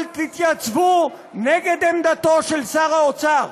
דב, דב, אל תתייצבו נגד עמדתו של שר האוצר.